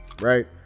right